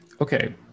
Okay